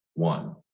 One